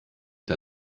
der